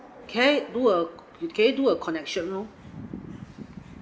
can I do err can I do a connection room